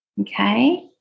Okay